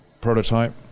prototype